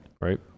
right